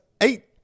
eight